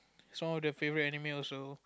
it was one of the favourite anime also